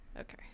Okay